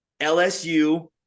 LSU